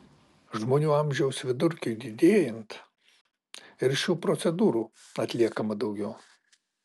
žmonių amžiaus vidurkiui didėjant ir šių procedūrų atliekama daugiau